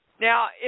Now